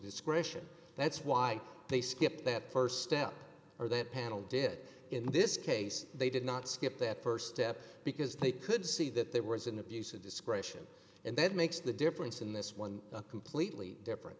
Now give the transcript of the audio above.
discretion that's why they skipped that st step or that panel did in this case they did not skip that st step because they could see that there was an abuse of discretion and that makes the difference in this one completely different